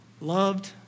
loved